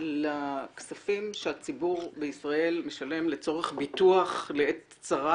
מתייחסים לכספים שהציבור בישראל משלם לצורך ביטוח לעת צרה